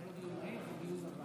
דיון בוועדה.